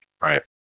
Right